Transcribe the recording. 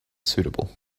suitable